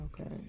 Okay